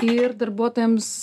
ir darbuotojams